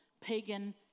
pagan